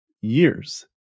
years